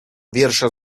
wiersza